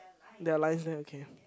they're lines there okay